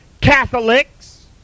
Catholics